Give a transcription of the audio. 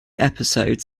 episode